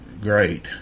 great